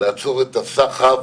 לעצור את הסחף